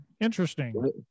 interesting